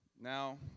Now